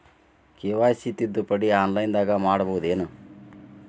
KYC ತಿದ್ದುಪಡಿ ಆನ್ಲೈನದಾಗ್ ಮಾಡ್ಬಹುದೇನು?